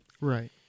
Right